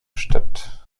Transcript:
statt